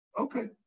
Okay